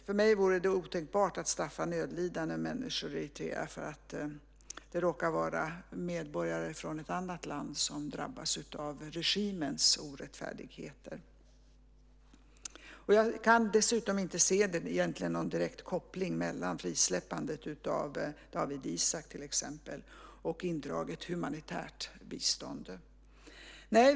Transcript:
För mig vore det otänkbart att straffa nödlidande människor i Eritrea för att det råkar vara medborgare från ett annat land som drabbas av regimens orättfärdigheter. Jag kan dessutom inte se någon direkt koppling mellan frisläppande av Dawit Isaak, till exempel, och indraget humanitärt bistånd.